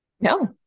No